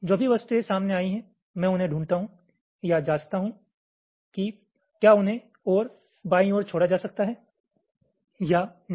जो भी वस्तुएं सामने आई हैं मैं उन्हें ढूंढता हूं या जांचता हूं कि क्या उन्हें और बाईं ओर छोड़ा जा सकता है या नहीं